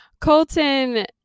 Colton